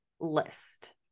list